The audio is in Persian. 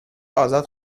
آزاد